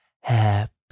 Happy